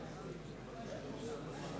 המדגם